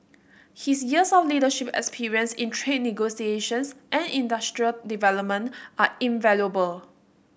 his years of leadership experience in trade negotiations and industrial development are invaluable